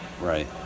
Right